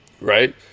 right